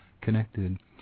connected